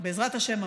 בעזרת השם,